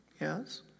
Yes